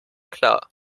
klar